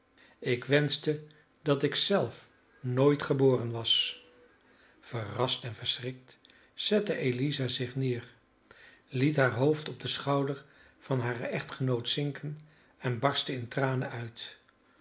ik wenschte dat ik zelf nooit geboren was verrast en verschrikt zette eliza zich neer liet haar hoofd op den schouder van haren echtgenoot zinken en barstte in tranen uit